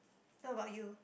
what about you